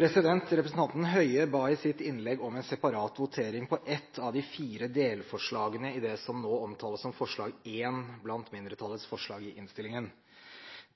Representanten Høie ba i sitt innlegg om en separat votering over ett av de fire delforslagene i det som nå omtales som forslag nr. 1 blant mindretallets forslag i innstillingen.